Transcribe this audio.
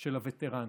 של הווטרנים.